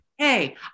Hey